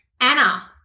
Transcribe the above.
Anna